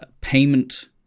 payment